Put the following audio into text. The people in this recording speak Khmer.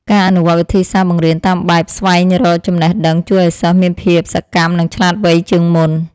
ការអនុវត្តវិធីសាស្ត្របង្រៀនតាមបែបស្វែងរកចំណេះដឹងជួយឱ្យសិស្សមានភាពសកម្មនិងឆ្លាតវៃជាងមុន។